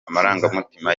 amarangamutima